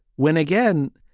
when, again,